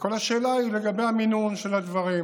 וכל השאלה היא לגבי המינון של הדברים.